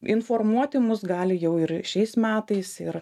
informuoti mus gali jau ir šiais metais ir